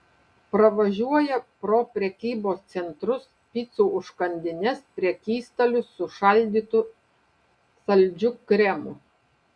pravažiuoja pro prekybos centrus picų užkandines prekystalius su šaldytu saldžiu kremu